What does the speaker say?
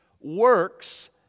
works